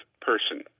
person